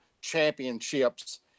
championships